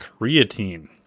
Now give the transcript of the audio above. creatine